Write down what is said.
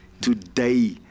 Today